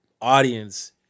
audience